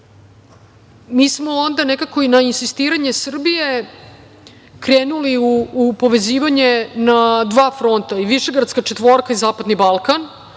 smo onda nekako i na insistiranje Srbije krenuli u povezivanje na dva fronta, i Višegradska četvorka i Zapadni Balkan.